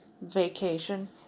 vacation